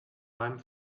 leim